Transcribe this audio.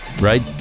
right